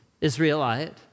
Israelite